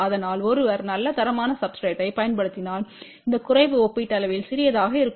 அதனால் ஒருவர் நல்ல தரமான சப்ஸ்டிரேட்றைப் பயன்படுத்தினால் இந்த குறைவு ஒப்பீட்டளவில் சிறியதாக இருக்கும்